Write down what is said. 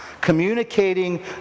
Communicating